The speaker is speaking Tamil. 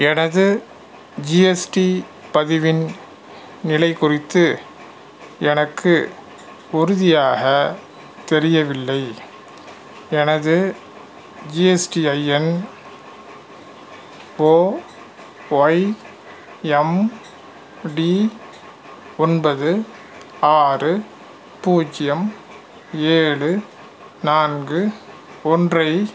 எனது ஜிஎஸ்டி பதிவின் நிலை குறித்து எனக்கு உறுதியாக தெரியவில்லை எனது GSTIN O Y M D ஒன்பது ஆறு பூஜ்ஜியம் ஏழு நான்கு ஒன்று ஐப்